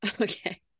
Okay